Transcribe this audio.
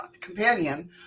companion